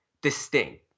distinct